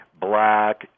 black